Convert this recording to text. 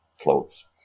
clothes